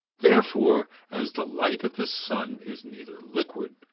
therefore, as the light of the sun is neither liquid,